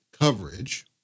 coverage